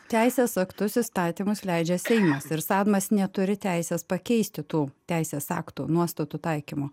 teisės aktus įstatymus leidžia seimas ir sadmas neturi teisės pakeisti tų teisės aktų nuostatų taikymo